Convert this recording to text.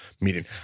meeting